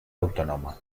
autónoma